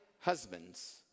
husbands